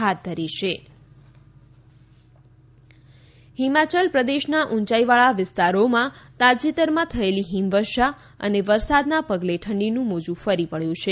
હિમાચલ હિમવર્ષા હિમાચલપ્રદેશના ઊંચાઈવાળા વિસ્તારોમાં તાજેતરમાં થયેલી હિમવર્ષા અને વરસાદના પગલે ઠંડીનું મોજુ ફરી વળ્યું છે